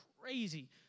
crazy